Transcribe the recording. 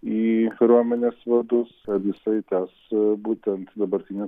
į kariuomenės vadus kad jisai tęs būtent dabartinių